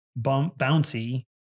bouncy